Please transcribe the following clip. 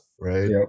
Right